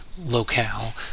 locale